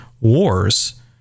wars